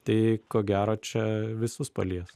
tai ko gero čia visus palies